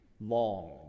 Long